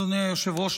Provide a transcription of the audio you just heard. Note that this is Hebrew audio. אדוני היושב-ראש,